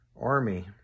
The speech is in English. army